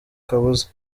kabuza